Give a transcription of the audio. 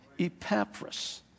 Epaphras